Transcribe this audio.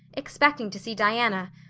expecting to see diana,